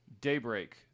Daybreak